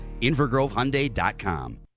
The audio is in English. InvergroveHyundai.com